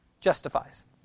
justifies